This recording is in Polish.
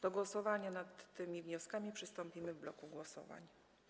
Do głosowania nad tymi wnioskami przystąpimy w bloku głosowań.